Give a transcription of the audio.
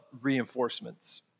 reinforcements